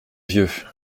vieux